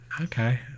Okay